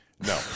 No